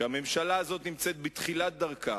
שהממשלה הזאת נמצאת בתחילת דרכה,